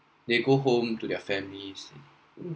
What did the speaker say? they go home to their families